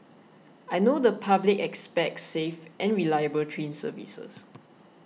I know the public expects safe and reliable train services